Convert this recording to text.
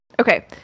Okay